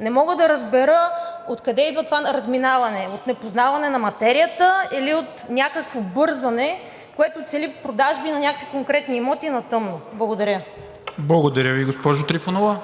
Не мога да разбера откъде идва това разминаване – от непознаване на материята или от някакво бързане, което цели продажби на някакви конкретни имоти на тъмно. Благодаря. ПРЕДСЕДАТЕЛ НИКОЛА МИНЧЕВ: Благодаря Ви, госпожо Трифонова.